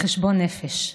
חשבון נפש.